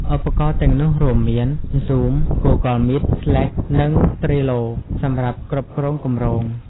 ឧបករណ៍ទាំងនោះរួមមាន Zoom, Google Meet, Slack និង ត្រេលឡូ (Trello) សម្រាប់គ្រប់គ្រងគម្រោង។